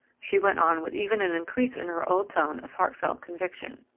she went on with even an increase in her old tone of heart-felt conviction,